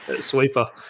sweeper